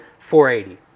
480